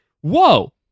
whoa